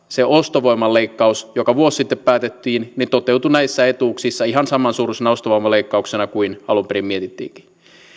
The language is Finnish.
se ostovoiman leikkaus joka vuosi sitten päätettiin toteutui näissä etuuksissa ihan samansuuruisena ostovoiman leikkauksena kuin alun perin mietittiinkin